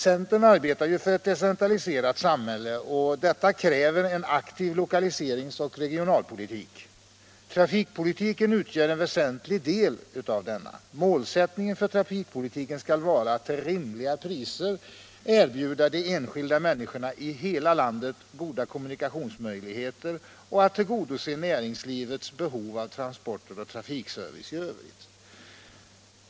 Centern arbetar ju för ett decentraliserat samhälle, och detta kräver en aktiv lokaliseringsoch regionalpolitik. Trafikpolitiken utgör en väsentlig del av denna. Målsättningen för trafikpolitiken skall vara att till rimliga priser erbjuda de enskilda människorna i hela landet goda kommunikationsmöjligheter och att tillgodose näringslivets behov av transporter och trafikservice i övrigt.